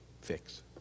fix